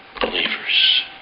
believers